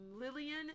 Lillian